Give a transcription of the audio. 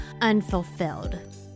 unfulfilled